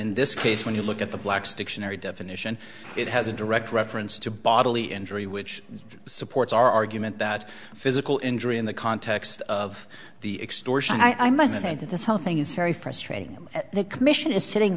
in this case when you look at the black's dictionary definition it has a direct reference to bodily injury which supports our argument that physical injury in the context of the extortion i must say that this whole thing is very frustrating at the commission is sitting